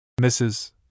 Mrs